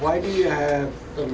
why do you have a